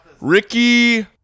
Ricky